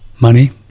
money